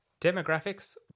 Demographics